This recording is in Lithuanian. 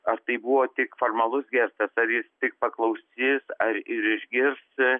ar tai buvo tik formalus gestas ar jis tik paklausys ar ir išgirs